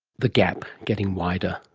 the gap getting wider.